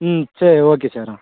ம் சரி okay sir ஆ